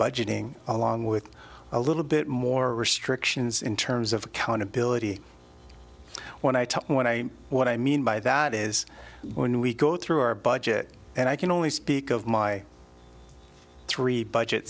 budgeting along with a little bit more restrictions in terms of accountability when i talk when i what i mean by that is when we go through our budget and i can only speak of my three budget